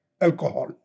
alcohol